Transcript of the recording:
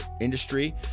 industry